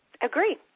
Agree